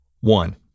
one